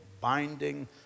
binding